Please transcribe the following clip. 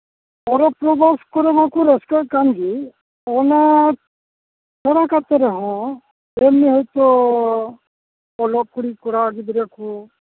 ᱯᱚᱨᱚᱵᱽ ᱯᱚᱨᱵᱷᱟᱥ ᱠᱚᱨᱮᱫ ᱢᱟᱠᱚ ᱨᱟᱹᱥᱠᱟᱹᱜ ᱠᱟᱱᱜᱮ ᱚᱱᱟ ᱚᱱᱟ ᱠᱟᱛᱮᱫ ᱨᱮᱦᱚᱸ ᱡᱟᱹᱱᱤᱡ ᱦᱚᱭᱛᱳ ᱚᱞᱚᱜ ᱠᱩᱲᱤᱼᱠᱚᱲᱟ ᱜᱤᱫᱽᱨᱟᱹ ᱠᱚ